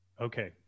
Okay